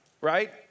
right